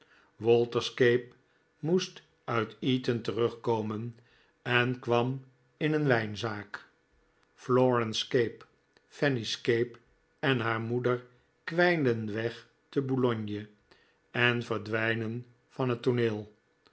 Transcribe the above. walter scape moest uit eton terugkomen en kwam in een wijnzaak florence scape fanny scape en haar moeder kwijnden weg te boulogne en verdwijnen van het tooneel